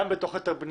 גם בתוכנית הבנייה,